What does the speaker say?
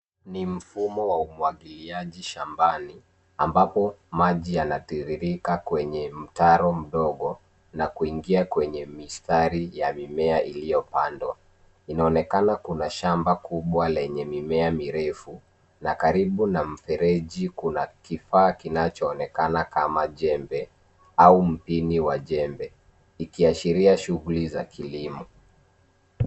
Ni mfumo wa umwagiliaji shambani ambapo maji yanatiririka kwenye mtaro mdogo na kuingia kwenye mistari ya mimea iliyopandwa. Inaonekana kuna shamba kubwa lenye mimea mirefu na karibu na mfereji kuna kifaa kinachoonekana kama jembe au mpini wajembe ikiashiria shughuli za kilimo.